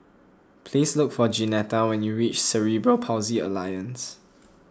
please look for Jeanetta when you reach Cerebral Palsy Alliance